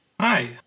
Hi